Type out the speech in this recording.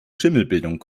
schimmelbildung